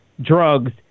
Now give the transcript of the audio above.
drugs